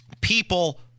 people